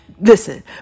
Listen